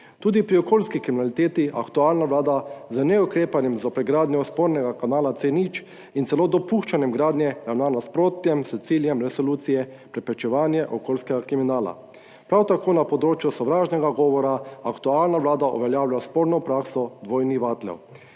Tudi pri okoljski kriminaliteti aktualna vlada z neukrepanjem zoper gradnjo spornega kanala C0 in celo dopuščanjem gradnje ravna v nasprotju s ciljem resolucije o preprečevanju okoljskega kriminala. Prav tako na področju sovražnega govora aktualna vlada uveljavlja sporno prakso dvojnih vatlov.